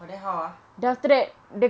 but then how ah like